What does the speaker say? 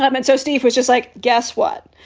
but and so steve was just like, guess what?